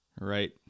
Right